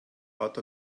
hat